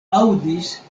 aŭdis